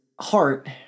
heart